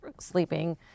sleeping